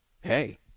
Hey